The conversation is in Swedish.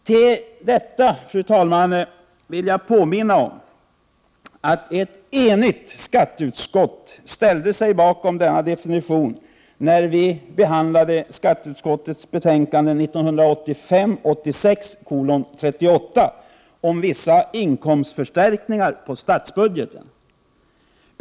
Till detta, fru talman, vill jag påminna om att ett enigt skatteutskott ställde sig bakom denna definition, när vi behandlade skatteutskottets betänkande 1985/86:38 om vissa inkomstförstärkningar i statsbudgeten.